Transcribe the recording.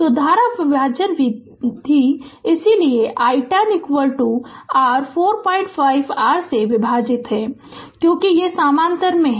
तो धारा विभाजन विधि इसलिए i 10 r 45 r से विभाजित है क्योंकि ये समानांतर में हैं